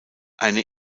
eine